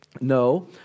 No